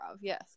Yes